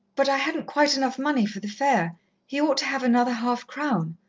but i hadn't quite enough money for the fare he ought to have another half-crown.